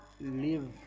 live